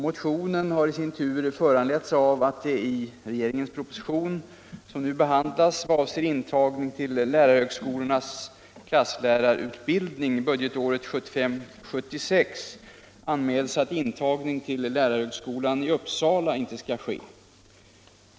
Motionen har föranletts av att det i regeringens proposition 1975:1, vad avser intagning till lärarhögskolornas klasslärarutbildning budgetåret 1975/76, anmäls att intagning till lärarhögskolan i Uppsala icke skall ske.